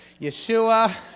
Yeshua